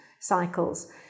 cycles